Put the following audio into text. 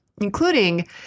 including